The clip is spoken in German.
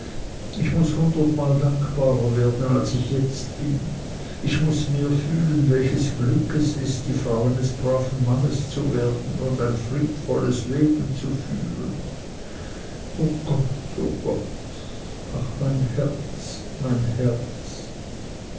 ich muß hundertmal dankbarer werden als ich jetzt bin ich muß mehr fühlen welches glück es ist die frau eines braven mannes zu werden und ein friedvolles leben zu führen o gott o gott ach mein herz mein herz